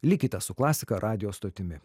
likite su klasika radijo stotimi